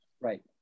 Right